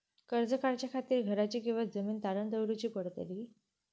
कर्ज काढच्या खातीर घराची किंवा जमीन तारण दवरूची पडतली?